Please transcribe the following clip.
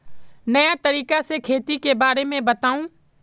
नया तरीका से खेती के बारे में बताऊं?